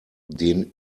den